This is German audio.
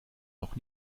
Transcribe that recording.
noch